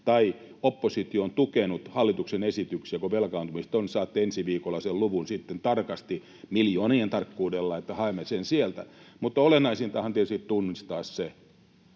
tai oppositio on tukenut hallituksen esityksiä, kun velkaantumista on lisätty. Saatte sitten ensi viikolla sen luvun tarkasti, miljoonien tarkkuudella, haemme sen sieltä. Mutta olennaisintahan tietysti on tunnistaa se,